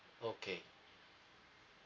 okay